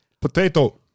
potato